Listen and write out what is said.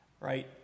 right